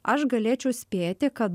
aš galėčiau spėti kad